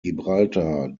gibraltar